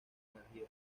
energía